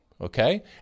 Okay